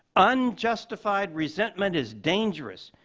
unjustified resentment is dangerous.